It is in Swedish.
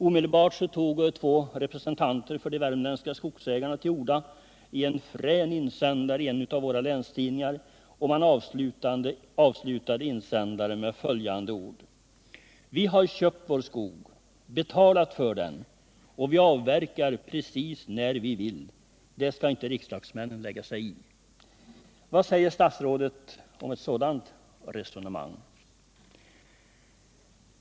Omedelbart tog två representanter för de värmländska skogsägarna till orda i en frän insändare i en av våra länstidningar, och man avslutade 125 insändaren med följande ord: Vi har köpt vår skog och betalat för den, och vi avverkar precis när vi vill. Det skall inte riksdagsmännen lägga sig i. Vad säger statsrådet om ett sådant resonemang?